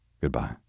Goodbye